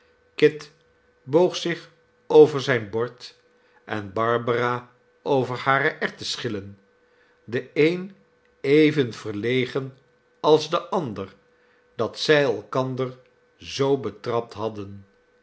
kit boog zich over zijn bord en barbara over hare erwtenschillen de een even verlegen als de and er dat zij elkander zoo betrapt hadden